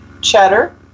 cheddar